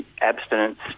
Abstinence